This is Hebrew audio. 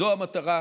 זו המטרה,